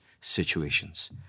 situations